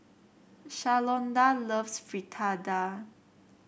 Shalonda loves Fritada